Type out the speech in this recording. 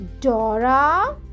Dora